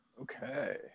Okay